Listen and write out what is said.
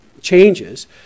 changes